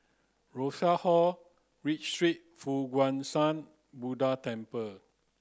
Rosas Hall Read Street Fo Guang Shan Buddha Temple